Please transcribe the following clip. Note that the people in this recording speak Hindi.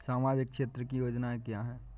सामाजिक क्षेत्र की योजनाएँ क्या हैं?